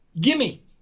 Gimme